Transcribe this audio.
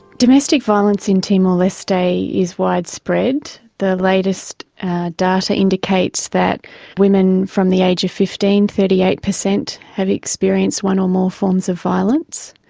domestic violence in timor-leste is widespread. the latest data indicates that women from the age of fifteen, thirty eight percent have experienced one or more forms of violence.